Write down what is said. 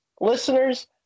listeners